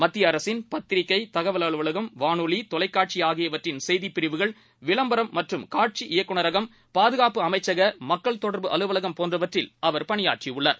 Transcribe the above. மத்தியஅரசின் பத்திரிகைதகவல் அலுவலகம் வானொலி தொலைக்காட்சிஆகியவற்றின் செய்திப் பிரிவுகள் விளம்பரம் மற்றும் காட்சி இயக்குநரகம் பாதுகாப்பு அமைச்சகமக்கள் தொடர்பு அலுவலகம் போன்றவற்றில் அவர் பணியாற்றிஉள்ளார்